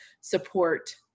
support